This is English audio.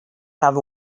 have